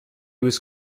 was